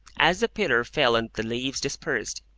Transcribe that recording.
as the pillar fell and the leaves dispersed,